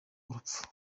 urupfu